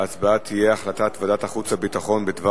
ההצבעה תהיה על החלטת ועדת החוץ והביטחון בדבר